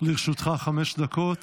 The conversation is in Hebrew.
לרשותך חמש דקות.